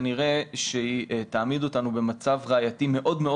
כנראה שהיא תעמיד אותנו במצב ראייתי מאוד מאוד